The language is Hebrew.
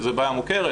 זו בעיה מוכרת,